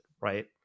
right